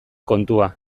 kontua